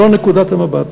זו נקודת המבט.